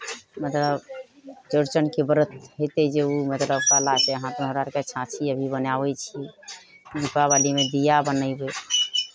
मतलब चौरचनके व्रत होयतै जे ओ मतलब कलाके हाथके हमरा आरके छाँछी अभी बनाबै छी दिपावलीमे दीया बनयबै